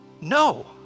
no